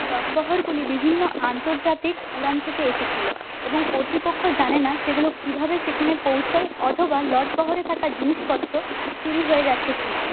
লটবহরগুলি বিভিন্ন আন্তর্জাতিক উড়ান থেকে এসেছিল এবং কর্তৃপক্ষ জানে না সেগুলি কীভাবে সেখানে পৌঁছয় অধবা লটবহরে থাকা জিনিসপত্র চুরি হয়ে গেছে কিনা